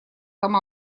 там